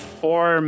four